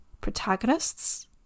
protagonists